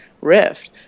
Rift